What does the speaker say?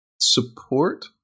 support